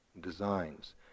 designs